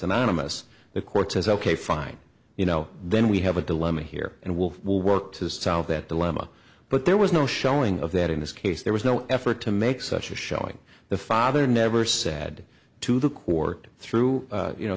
anonymous the court says ok fine you know then we have a dilemma here and wolf will work to solve that dilemma but there was no showing of that in this case there was no effort to make such a showing the father never said to the court through you know